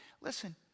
listen